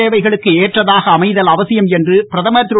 தேவைகளுக்கு ஏற்றதாக அமைதல் அவசியம் என்று பிரதமர் திரு